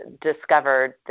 discovered